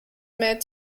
made